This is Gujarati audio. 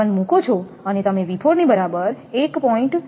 3V1 મૂકો છો અને તમે 𝑉4 ની બરાબર 1